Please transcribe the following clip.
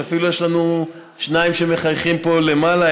שאפילו יש לנו שניים שמחייכים פה למעלה,